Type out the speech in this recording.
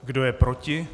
Kdo je proti?